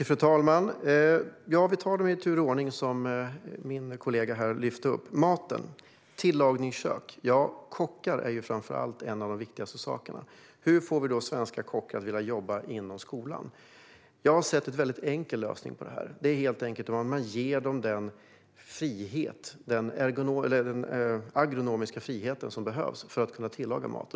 Fru talman! Jag tar frågorna i tur och ordning som min kollega tog upp dem. Först var det frågan om maten och tillagningskök. Kockar är viktigast. Hur ska vi få svenska kockar att vilja jobba inom skolan? Jag har sett en enkel lösning, nämligen att ge kockarna den frihet de behöver för att tillaga mat.